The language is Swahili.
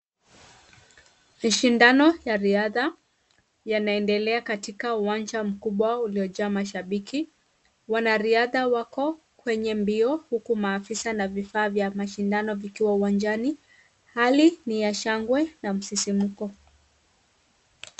Mashindano ya riadha, yanaendelea katika uwanja mkubwa, uliojaa mashabiki. Wanariadha wako kwenye mbio huku maafisa na vifaa vya mashindano vikiwa uwanjani. Hali ni ya shangwe na msisimko.